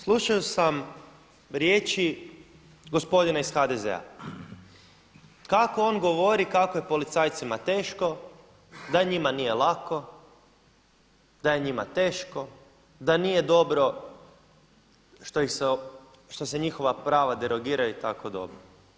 Slušao sam riječi gospodina iz HDZ-a, kako on govori kako je policajcima teško, da njima nije lako, da je njima teško, da nije dobro što se njihova prava derogiraju i tako dobro.